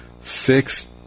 six